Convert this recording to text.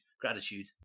gratitude